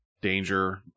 danger